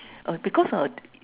err because uh